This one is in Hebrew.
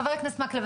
חבר הכנסת מקלב,